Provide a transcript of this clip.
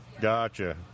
Gotcha